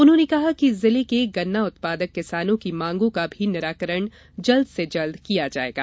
उन्होंने कहा कि जिले के गन्ना उत्पादक किसानों की मांगों का भी निराकरण जल्द से जल्द किया जाएगा